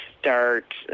start